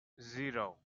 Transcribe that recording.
zero